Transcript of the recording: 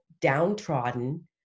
downtrodden